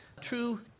true